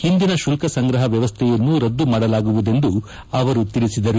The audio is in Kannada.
ಹಿಂದಿನ ಶುಲ್ತ ಸಂಗ್ರಹ ವ್ಯವಸ್ಥೆಯನ್ನು ರದ್ದು ಮಾಡಲಾಗುವುದೆಂದು ಅವರು ತಿಳಿಸಿದರು